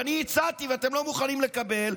ואני הצעתי ואתם לא מוכנים לקבל,